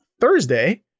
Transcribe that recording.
thursday